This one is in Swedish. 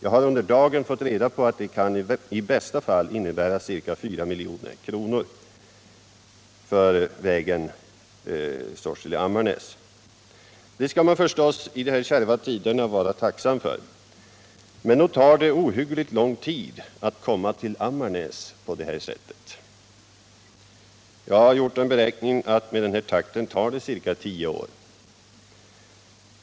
Jag har under dagen fått reda på att det kan i bästa fall innebära ca 4 milj.kr. för vägen Sorsele-Ammarnäs. Det skall man förstås i de här kärva tiderna vara tacksam för. Men nog tar det ohyggligt lång tid att komma till Ammarnäs på det här sättet. Jag har beräknat att med den här takten tar det ca 10 år.